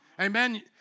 Amen